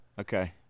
Okay